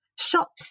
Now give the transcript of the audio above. shops